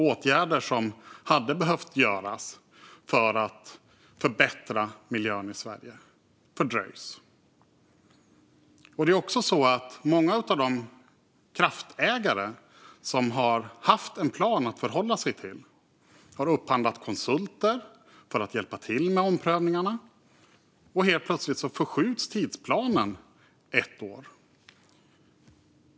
Åtgärder som hade behövt göras för att förbättra miljön i Sverige fördröjs. Många av de kraftägare som har haft en plan att förhålla sig till har upphandlat konsulter för att hjälpa till med omprövningarna. Helt plötsligt förskjuts tidsplanen ett år.